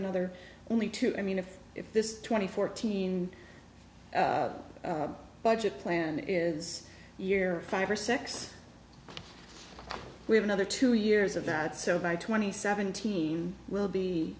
another only two i mean if if this twenty fourteen budget plan is year five or six we have another two years of that so by twenty seventeen will be